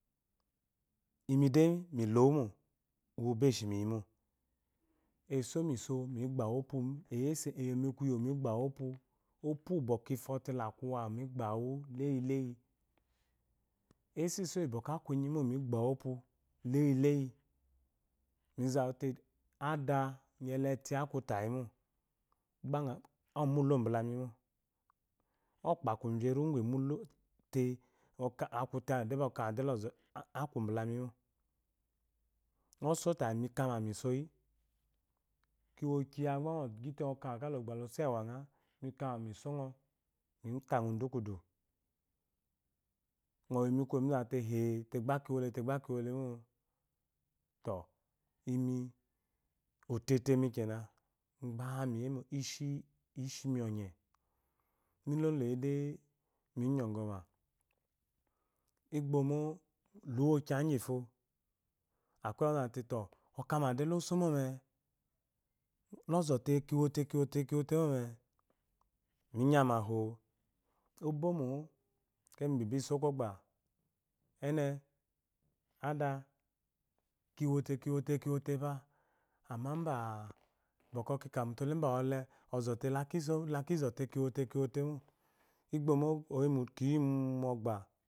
Imide milowumo uwo ba eshimi iyimo esoninso migbaru opu eyonin kuyo migba wu opu opu bwɔkwɔ ifote lakumu awo migbrawu leyi leyi eso iso yi bwɔkwɔ info te laku inyimo leyi eso iso yi bwɔkwɔ infote laku inyimo migbawu opu leyi leyi mizamute ada nyelete aku tayimo omulo balaminro okpakuremu gu imulote akute awu de okamade lczɔe aku bala mimo ngoso tayi mikama misoyi kiwokiya lango kame ɔgyite losoewanga rikama misongo mitanga udukudu ngo yomikuyo mizangate eeh tegba kiwo tegba kiwo lemo o tɔ imi ototomikena gba miyemo ishi ishimi ɔnye miloloyide miniyogoma igbomo miwokiya gyifo akeyi ɔzɔte tɔ ɔkamadu lo somome lɔzɔte kiwole kiwute mome minyama oo obomo o kemigbibiso kogba ene ada kiwote kimole kiwote ba amma bwɔkwɔ kikamutule mbawole ɔte lekizɔte kiwote kiwotemo igbomo kiyi mogba